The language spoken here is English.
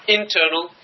internal